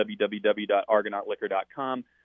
www.argonautliquor.com